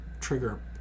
trigger